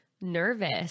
nervous